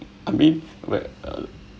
I mean where uh